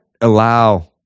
allow